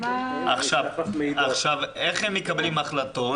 אני מבקשת